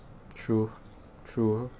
true true